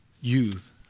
youth